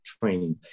training